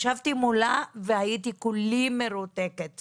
ישבתי מולה והייתי כולי מרותקת